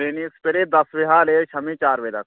clinic सबेरे दस बजे शा लेइयै शामी चार बजे तक